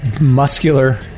muscular